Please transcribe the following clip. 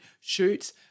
shoots